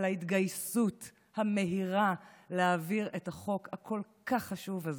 על ההתגייסות המהירה להעביר את החוק הכל-כך חשוב הזה.